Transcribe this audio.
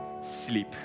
sleep